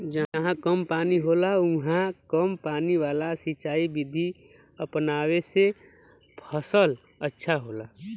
जहां कम पानी होला उहाँ कम पानी वाला सिंचाई विधि अपनावे से फसल अच्छा होला